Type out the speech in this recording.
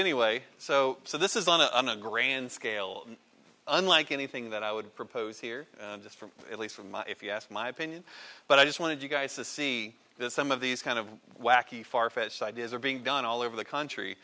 anyway so so this is on a grand scale unlike anything that i would propose here just from at least from my if you asked my opinion but i just wanted you guys to see this some of these kind of wacky far fetched ideas are being done all over the